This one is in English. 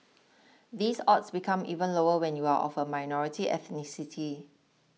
these odds become even lower when you are of a minority ethnicity